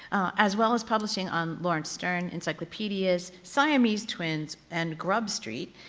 as well as publishing on laurence sterne, encyclopedias, siamese twins and grub street,